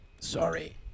sorry